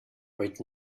right